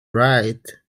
right